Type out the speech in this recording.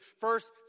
first